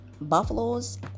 Buffaloes